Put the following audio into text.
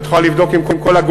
את יכולה לבדוק עם כל הגורמים.